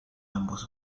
ambos